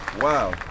wow